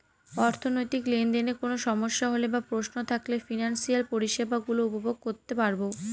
অর্থনৈতিক লেনদেনে কোন সমস্যা হলে বা প্রশ্ন থাকলে ফিনান্সিয়াল পরিষেবা গুলো উপভোগ করতে পারবো